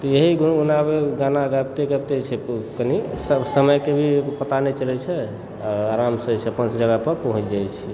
तऽ यही गुनगुनाबे गाना गाबिते गाबिते कनि समयके भी पता नहि चलय छै आ आरामसे जे छै अपन जगह पर पहुँच जाइत छी